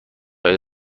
های